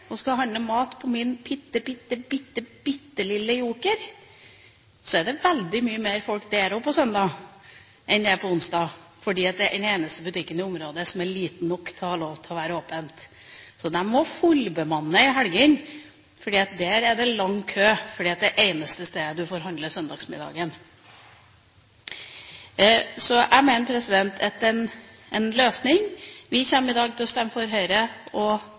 og skal handle mat på min bitte lille Joker, er det veldig mye mer folk der også på søndag enn det er på onsdag, for det er den eneste butikken i området som er liten nok til å ha lov til å være åpen. Den må fullbemanne i helgene, for der er det lang kø, for det er det eneste stedet man får handlet søndagsmiddagen. Jeg mener at vi må få til gode kommunale løsninger. Vi kommer i dag til å stemme for Høyre og